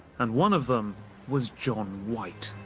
and one of them was john white.